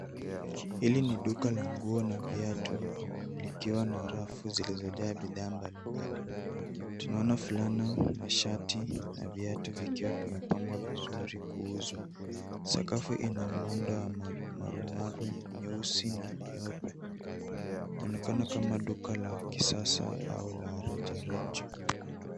Hili ni duka la nguo na viatu likiwa na rafu zilizojaa bidhaa mbalimbali. Tunaona fulana, mashati na viatu vikiwa vimepangwa vizuri kuuzwa .Sakafu ina muundo wa marumaru nyeusi na nyeupe. Inaonekana kama duka la kisasa au la rejareja.